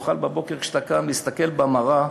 שתוכל בבוקר, כשאתה קם, להסתכל במראה